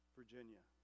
virginia